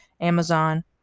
Amazon